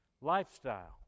lifestyle